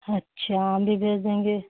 अच्छा आम भी भेज देंगे